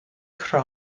creu